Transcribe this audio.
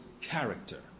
character